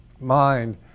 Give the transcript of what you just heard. mind